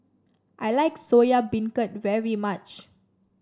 I like Soya Beancurd very much